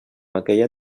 aquella